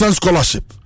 scholarship